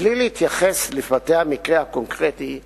מבלי להתייחס לפרטי המקרה הקונקרטי שעלה,